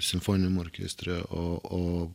simfoniniam orkestre o o